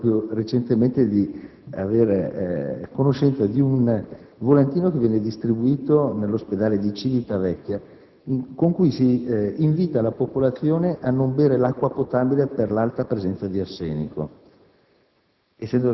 Mi è capitato recentemente di aver visto un volantino che viene distribuito nell'Ospedale di Civitavecchia con cui si invita la popolazione a non bere l'acqua potabile per l'alta presenza di arsenico.